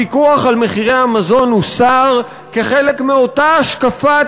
הפיקוח על מחירי המזון הוסר כחלק מאותה השקפת